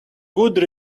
good